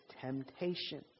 temptation